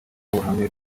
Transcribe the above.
n’ubuhamya